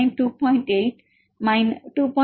87 கழித்தல் 0